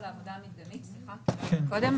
תראו,